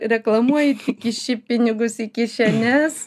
reklamuoji kiši pinigus į kišenes